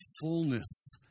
fullness